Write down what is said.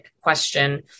question